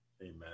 Amen